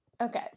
okay